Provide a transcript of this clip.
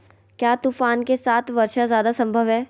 क्या तूफ़ान के साथ वर्षा जायदा संभव है?